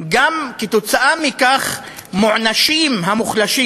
גם בעקבות זאת מוענשים המוחלשים,